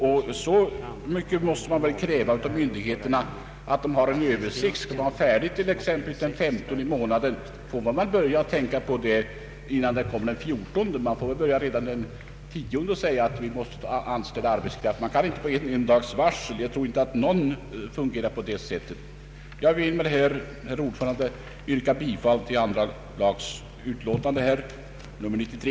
Och så mycket måste man kunna kräva av myndigheterna att de har en översikt som kan vara färdig t.ex. den 15:e i månaden. Man får då inte börja förberedelserna den 14:e. Man måste börja redan den 10:e och säga att man måste anställa arbetskraft. På en dags varsel går det inte att skaffa arbetskraft. Jag tror inte att någon fungerar på det sättet. Herr talman! Jag yrkar bifall till utskottets hemställan.